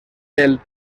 del